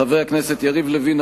חבר הכנסת יריב לוין,